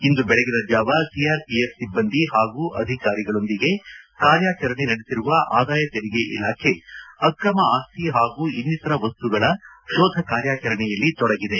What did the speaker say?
ಇಂದು ಬೆಳಗಿನ ಜಾವ ಸಿಆರ್ಪಿಎಫ್ ಸಿಬ್ಬಂದಿ ಹಾಗೂ ಅಧಿಕಾರಿಗಳೊಂದಿಗೆ ಕಾರ್ಯಾಚರಣೆ ನಡೆಸಿರುವ ಆದಾಯ ತೆರಿಗೆ ಇಲಾಖೆ ಅಕ್ರಮ ಆಸ್ತಿ ಹಾಗೂ ಇನ್ನಿತರ ವಸ್ತುಗಳ ಶೋಧ ಕಾರ್ಯಾಚರಣೆಯಲ್ಲಿ ತೊಡಗಿದೆ